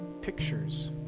pictures